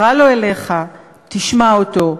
קרא לו אליך, תשמע אותו,